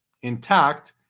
intact